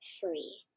Free